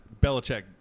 Belichick